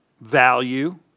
value